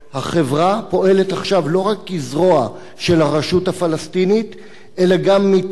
החברה פועלת עכשיו לא רק כזרוע של הרשות הפלסטינית אלא גם מטעם